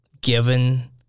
given